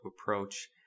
approach